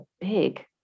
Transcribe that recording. big